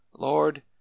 Lord